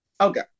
Okay